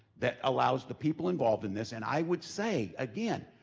that allows the people involved in this, and i would say, again,